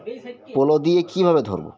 polo দিয়ে কীভাবে ধরবো